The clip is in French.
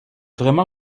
vraiment